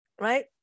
right